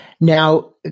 Now